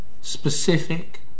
specific